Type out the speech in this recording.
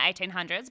1800s